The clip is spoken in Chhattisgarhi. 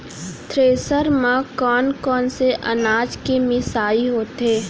थ्रेसर म कोन कोन से अनाज के मिसाई होथे?